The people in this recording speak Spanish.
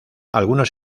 algunos